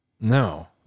No